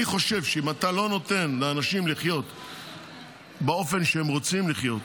אני חושב שאם אתה לא נותן לאנשים לחיות באופן שהם רוצים לחיות